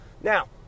Now